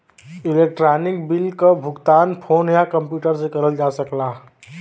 electronic bill क भुगतान phone या कम्प्यूटर से करल जा सकला